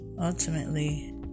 ultimately